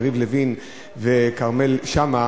יריב לוין וכרמל שאמה